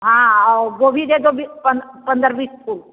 हाँ और गोभी दे दो बीस पंद्रह बीस फूल